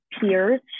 peers